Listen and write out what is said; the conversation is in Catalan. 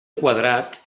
quadrat